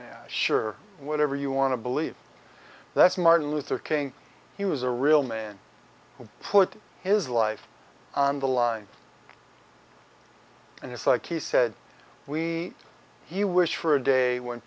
yeah sure whatever you want to believe that's martin luther king he was a real man who put his life on the line and it's like he said we he wished for a day when